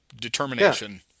determination